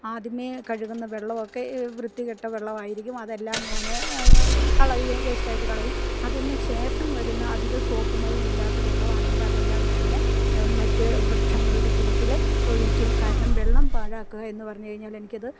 ആദ്യമേ കഴുകുന്ന വെള്ളമൊക്കെ ഈ വൃത്തികെട്ട വെള്ളമായിരിക്കും അതെല്ലാം ഞാന് കളയും വേസ്റ്റായിട്ടു കളയും അതിനുശേഷം വരുന്ന അധികം സോപ്പുമയം ഇല്ലാത്ത വെള്ളമാണെങ്കിൽ അതെല്ലാം ഞാന് മറ്റു വൃക്ഷങ്ങളുടെ ചുവട്ടില് ഒഴിക്കും കാരണം വെള്ളം പാഴാക്കുക എന്നു പറഞ്ഞുകഴിഞ്ഞാൽ എനിക്കത്